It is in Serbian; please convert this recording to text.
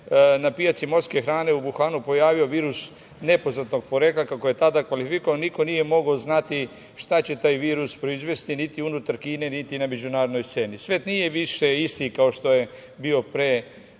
na pijaci morske hrane u Vuhanu pojavio virus nepoznatog porekla, kako je tada kvalifikovan, niko nije mogao znati šta će taj virus proizvesti, niti unutar Kine, niti na međunarodnoj sceni. Svet nije više isti kao što je bio pre